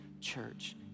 church